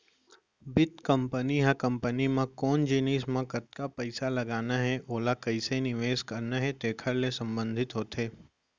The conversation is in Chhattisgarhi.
बित्त कंपनी ह कंपनी म कोन जिनिस म कतका पइसा लगाना हे ओला कइसे निवेस करना हे तेकर ले संबंधित होथे